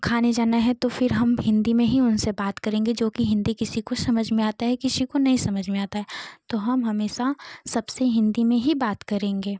खाने जाना है तो फिर हम हिन्दी में ही उनसे बात करेंगे जो कि हिन्दी किसी को समझ में आती है किसी को नहीं समझ में आती है तो हम हमेशा सबसे हिन्दी में ही बात करेंगे